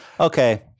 Okay